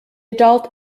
adult